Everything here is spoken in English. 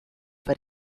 for